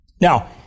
Now